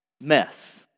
mess